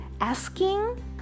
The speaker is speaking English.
asking